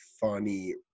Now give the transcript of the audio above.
funny